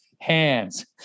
Hands